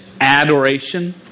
adoration